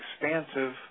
expansive